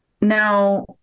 Now